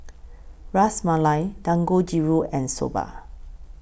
Ras Malai Dangojiru and Soba